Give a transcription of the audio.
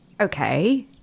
Okay